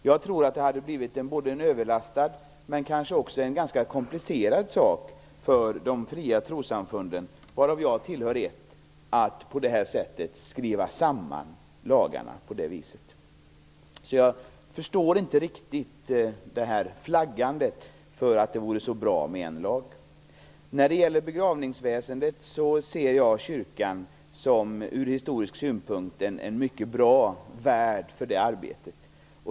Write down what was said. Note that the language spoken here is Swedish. Jag tror att det hade blivit en både överlastad och kanske också ganska komplicerad sak för de fria trossamfunden, varav jag tillhör ett, att på detta sätt skriva samman lagarna. Jag förstår inte riktigt flaggandet för en lag. När det gäller begravningsväsendet ser jag kyrkan som en ur historisk synpunkt mycket bra värd för det arbetet.